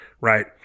right